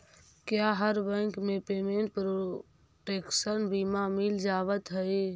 क्या हर बैंक में पेमेंट प्रोटेक्शन बीमा मिल जावत हई